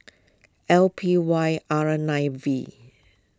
L P Y R nine V